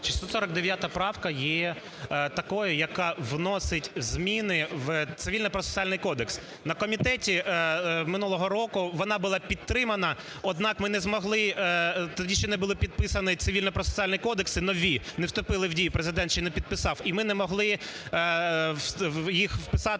649 правка є такою, яка вносить зміни в Цивільно-процесуальний кодекс. На комітеті минулого року вона була підтримана. Однак, ми не могли, тоді ще не був підписані цивільно-процесуальні кодекси нові, не вступили в дію, Президент ще не підписав і ми не могли їх вписати